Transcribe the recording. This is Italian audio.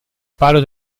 palo